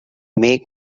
make